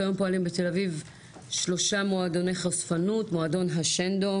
כיום פועלים בתל אביב שלושה מועדוני חשפנות: מועדון השנדו,